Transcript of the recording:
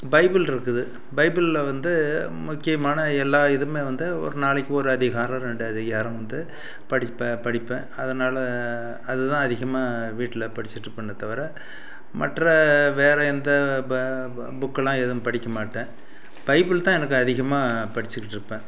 Bible இருக்குது பைபிளில் வந்து முக்கியமான எல்லா இதுவுமே வந்து ஒரு நாளைக்கு ஒரு அதிகாரம் ரெண்டு அதிகாரம் வந்து படிப்பேன் படிப்பேன் அதனால அதுதான் அதிகமாக வீட்டில் படிச்சுட்டு இருப்பேனே தவிர மற்ற வேறு எந்த ப ப புக்கெல்லாம் எதுவும் படிக்க மாட்டேன் பைபிள் தான் எனக்கு அதிகமாக படித்துக்கிட்டு இருப்பேன்